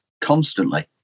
constantly